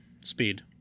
speed